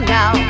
now